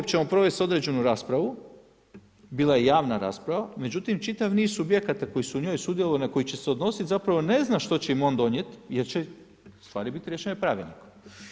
Mi ćemo provest određenu raspravu, bila je javna rasprava, međutim čitav niz subjekata koji su u njoj sudjelovali na koji će se odnosit zapravo ne zna što će im on donijet jer će stvari biti riješene pravilnikom.